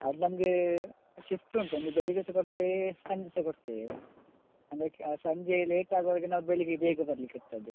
ಅದು ನಮಗೆ ಶಿಫ್ಟ್ ಉಂಟು ನೀವು ಬೆಳಗ್ಗೆ ಸಹ ಕೊಡ್ತೇವೆ ಸಂಜೆ ಸಹ ಕೊಡ್ತೇವೆ ಅದಕ್ಕೆ ಸಂಜೆ ಲೇಟಾಗುವ್ರಿಗೆ ನಾವು ಬೆಳಗ್ಗೆ ಬೇಗ ಬರಲಿಕ್ಕಿರ್ತದೆ